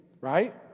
right